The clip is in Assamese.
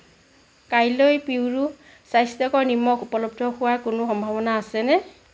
কাইলৈ পিউৰো স্বাস্থ্যকৰ নিমখ উপলব্ধ হোৱাৰ কোনো সম্ভাৱনা আছেনে